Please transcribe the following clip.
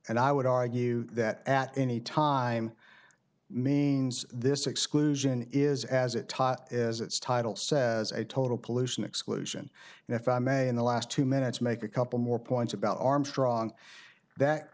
and i would argue that at any time means this exclusion is as it is its title says a total pollution exclusion and if i may in the last two minutes make a couple more points about armstrong that